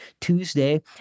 Tuesday